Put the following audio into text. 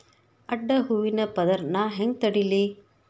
ಅಡ್ಡ ಹೂವಿನ ಪದರ್ ನಾ ಹೆಂಗ್ ತಡಿಲಿ?